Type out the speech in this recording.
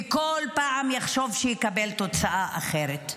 וכל פעם יחשוב שיקבל תוצאה אחרת.